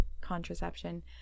contraception